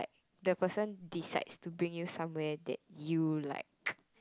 the person decides to bring you somewhere you like